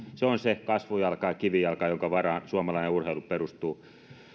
se on se kasvujalka ja kivijalka jonka varaan suomalainen urheilu perustuu